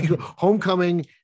homecoming